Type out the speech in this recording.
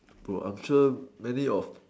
bro I'm sure many of